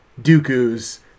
Dooku's